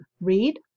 read